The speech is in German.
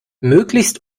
möglichst